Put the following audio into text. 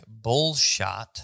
Bullshot